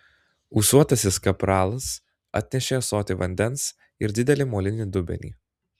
ūsuotasis kapralas atnešė ąsotį vandens ir didelį molinį dubenį